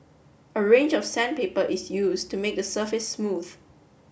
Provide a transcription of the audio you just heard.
a range of sandpaper is used to make the surface smooth